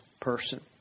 person